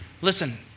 Listen